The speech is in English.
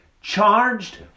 charged